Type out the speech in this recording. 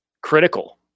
critical